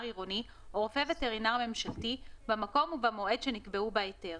עירוני או רופא וטרינר ממשלתי במקום ובמועד שנקבעו בהיתר,